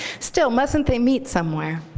still, mustn't they meet somewhere?